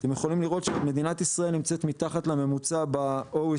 אתם יכולים לראות שמדינת ישראל נמצאת מתחת לממוצע ב-OECD,